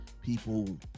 people